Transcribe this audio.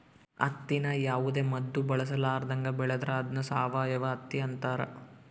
ಹತ್ತಿನ ಯಾವುದೇ ಮದ್ದು ಬಳಸರ್ಲಾದಂಗ ಬೆಳೆದ್ರ ಅದ್ನ ಸಾವಯವ ಹತ್ತಿ ಅಂತಾರ